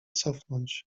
cofnąć